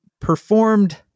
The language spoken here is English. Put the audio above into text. performed